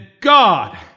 God